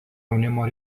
jaunimo